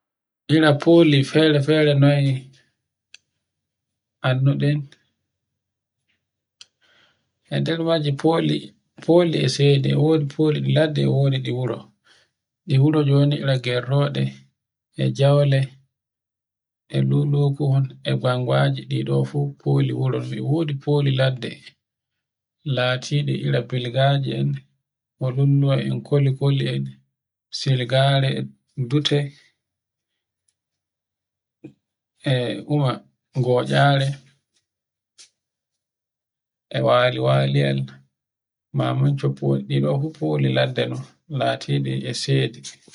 Ira foli fere-fere noye annduɗen. E nder majji foli e seɗi, foli e wodi foli e ladde e wodi ɗi wuro. Ɗi wuro joni ira gertoɗe, e jaule, lulukuhon, e bangwaji ɗiɗo fu foli wuro non e wodi foli ladde latiɗi ira bilgaje en ba lulluwa en kolikoli en, silgare, dute e ɗume gotcare e waliwaliyel, mamancuppul ɗi fu woni ladde latiɗi e seli.